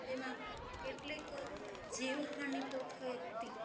તેમાં કેટલીક જીવહાનિ તો થઈ જ હતી